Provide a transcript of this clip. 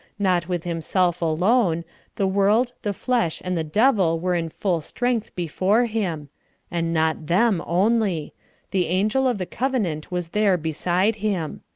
not with himself alone the world, the flesh, and the devil were in full strength before him and not them only the angel of the covenant was there beside him.